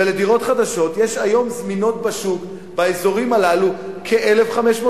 ודירות חדשות זמינות בשוק יש היום באזורים הללו כ-1,500,